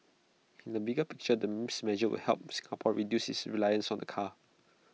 in the bigger picture then measures would help Singapore reduce its reliance on the car